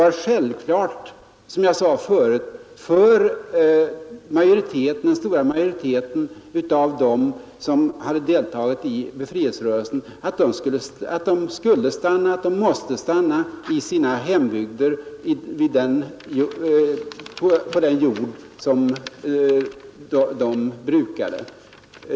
Men, som jag sade förut, det var självklart för den stora majoriteten av dem som hade deltagit i befrielserörelsen att stanna i sina hembygder på den jord som de brukade.